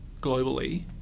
globally